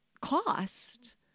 cost